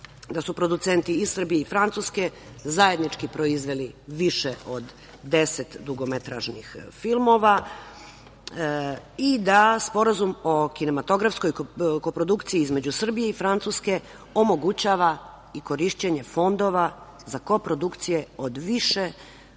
da su producenti iz Srbije i Francuske zajednički proizveli više od 10 dugometražnih filmova i da Sporazum o kinematografskoj kooprodukciji između Srbije i Francuske, omogućava i korišćenje fondova za kooprodukcije od više